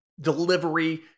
delivery